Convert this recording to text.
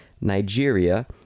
nigeria